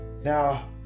Now